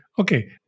Okay